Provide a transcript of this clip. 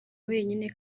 wenyine